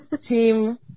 Team